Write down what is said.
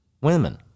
women